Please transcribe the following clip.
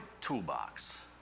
toolbox